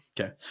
Okay